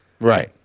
Right